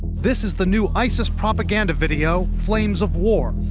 this is the new isis propaganda video flames of war.